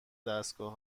دستگاه